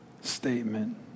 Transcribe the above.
statement